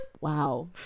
Wow